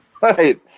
right